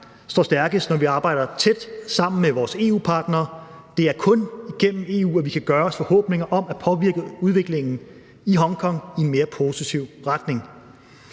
står stærkest, når vi arbejder tæt sammen med vores EU-partnere. Det er kun gennem EU, at vi kan gøre os forhåbninger om at påvirke udviklingen i Hongkong i en mere positiv retning.